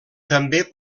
també